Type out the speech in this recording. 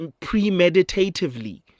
premeditatively